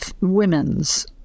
women's